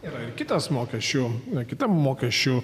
yra ir kitas mokesčių kitam mokesčių